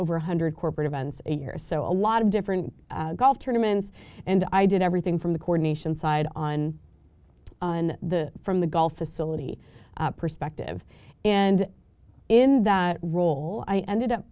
over one hundred corporate events a year so a lot of different golf tournaments and i did everything from the coordination side on on the from the gulf a silicate perspective and in that role i ended up